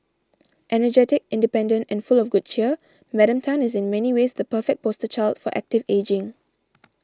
energetic independent and full of good cheer Madam Tan is in many ways the perfect poster child for active ageing